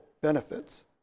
benefits